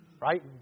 right